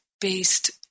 based